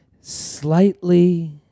slightly